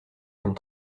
comme